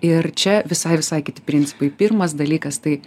ir čia visai visai kiti principai pirmas dalykas tai